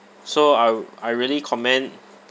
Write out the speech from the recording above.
so I I really commend